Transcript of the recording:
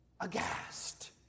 aghast